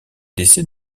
décès